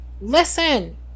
listen